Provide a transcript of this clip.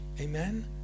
Amen